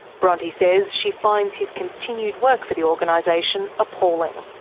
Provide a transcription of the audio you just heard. bronte says she finds his continued work for the organisation appalling.